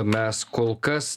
mes kol kas